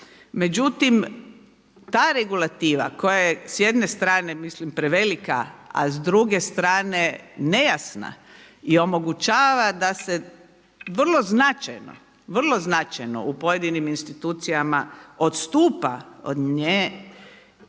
Međutim, ta regulativa koja je s jedne strane mislim prevelika a s druge strane nejasna i omogućava da se vrlo značajno, vrlo značajno u pojedinim institucija odstupa od nje